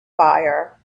fire